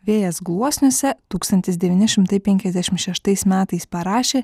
vėjas gluosniuose tūkstantis devyni šimtai penkiasdešim šeštais metais parašė